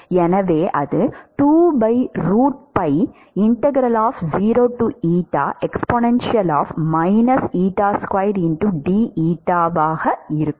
எனவே அது இருக்கும்